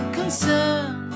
concern